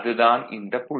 அது தான் இந்தப் புள்ளி